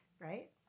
right